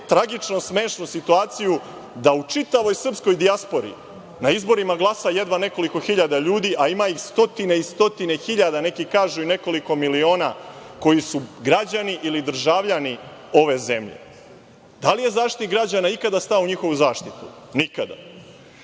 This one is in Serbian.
tragično smešnu situaciju da u čitavoj srpskoj dijaspori na izborima glasa jedva nekoliko hiljada ljudi, a ima ih stotine i stotine hiljada, neki kažu i nekoliko miliona, koji su građani ili državljani ove zemlje. Da li je Zaštitnik građana ikada stao u njihovu zaštitu? Nikada. Da